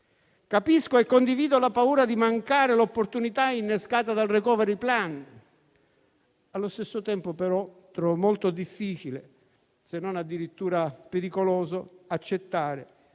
Capisco e condivido la paura di mancare l'opportunità innescata dal *recovery plan*. Allo stesso tempo, però, trovo molto difficile, se non addirittura pericoloso, accettare